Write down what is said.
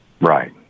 Right